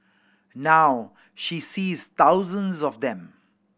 now she sees thousands of them